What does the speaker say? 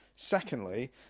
Secondly